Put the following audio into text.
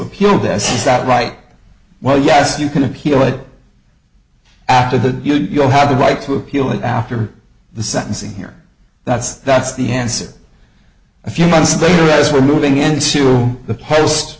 appeal this is that right well yes you can appeal it after that you'll have the right to appeal it after the sentencing here that's that's the answer a few months they were moving into the post